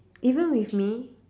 even with me